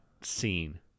scene